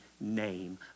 name